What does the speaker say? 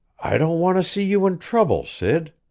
i don't want to see you in trouble, sid.